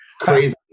crazy